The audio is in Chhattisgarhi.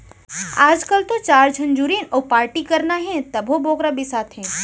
आजकाल तो चार झन जुरिन अउ पारटी करना हे तभो बोकरा बिसाथें